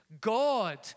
God